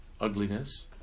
ugliness